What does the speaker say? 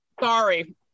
Sorry